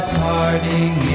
parting